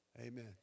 Amen